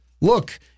Look